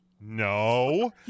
No